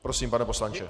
Prosím, pane poslanče.